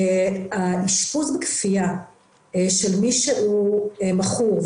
אשפוז בכפייה של מכור,